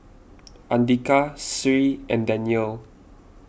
andika Sri and Danial